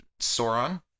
Sauron